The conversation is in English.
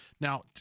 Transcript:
Now